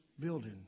building